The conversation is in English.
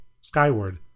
Skyward